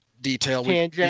detail